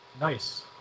nice